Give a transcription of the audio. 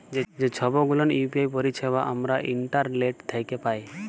যে ছব গুলান ইউ.পি.আই পারিছেবা আমরা ইন্টারলেট থ্যাকে পায়